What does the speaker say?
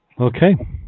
Okay